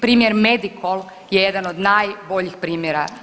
Primjer Medikol je jedan od najboljih primjera toga.